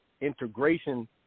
integration